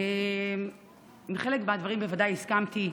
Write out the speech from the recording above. לחלק מהדברים בוודאי הסכמתי.